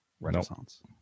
Renaissance